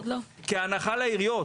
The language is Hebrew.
בהנחה לעיריות,